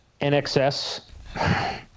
NXS